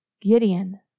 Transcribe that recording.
Gideon